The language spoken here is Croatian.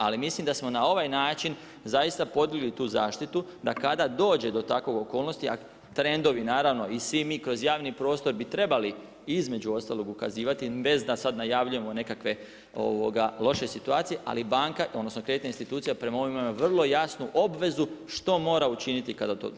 Ali mislim da smo na ovaj način zaista podigli tu zaštitu da kada dođe do takvih okolnosti, a trendovi i svi mi kroz javni prostor bi trebali između ostalog ukazivati, bez da sada najavljujemo nekakve loše situacije, ali banka odnosno kreditna institucija prema ovom ima vrlu jasnu obvezu što mora učiniti kada do toga dođe.